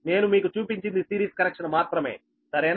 నేను మీకు చూపించింది సిరీస్ కనెక్షన్ మాత్రమే సరేనా